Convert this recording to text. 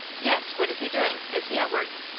yes. what is he doing? is he at work?